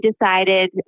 decided